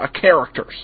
characters